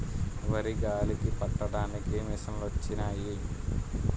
వరి గాలికి పట్టడానికి మిసంలొచ్చినయి